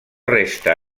resta